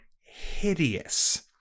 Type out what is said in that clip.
hideous